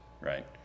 right